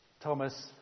Thomas